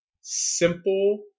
simple